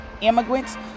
immigrants